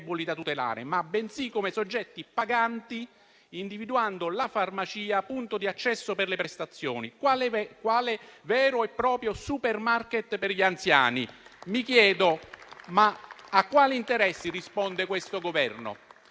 a quali interessi risponda questo Governo.